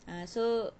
ah so